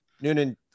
Noonan